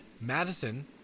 madison